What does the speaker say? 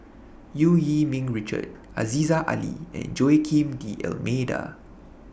EU Yee Ming Richard Aziza Ali and Joaquim D'almeida